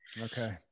Okay